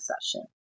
session